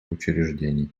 учреждений